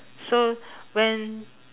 so when